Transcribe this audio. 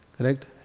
Correct